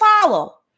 follow